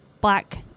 Black